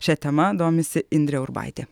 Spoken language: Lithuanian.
šia tema domisi indrė urbaitė